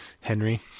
Henry